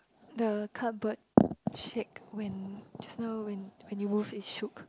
the cupboard shake when just now when when you move it shook